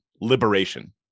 liberation